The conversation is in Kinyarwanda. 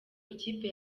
ikipe